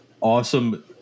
awesome